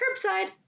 curbside